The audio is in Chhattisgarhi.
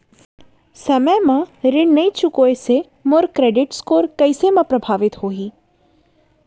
समय म ऋण नई चुकोय से मोर क्रेडिट स्कोर कइसे म प्रभावित होही?